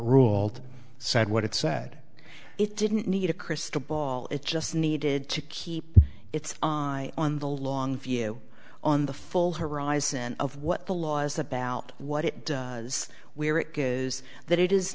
ruled said what it said it didn't need a crystal ball it just needed to keep its on the long view on the full horizon of what the law is about what it does where it is that it is